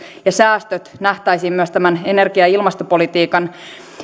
ja säästöt nähtäisiin myös tämän energia ja ilmastopolitiikan